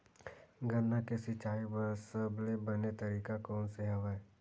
गन्ना के सिंचाई बर सबले बने तरीका कोन से हवय?